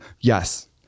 yes